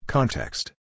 Context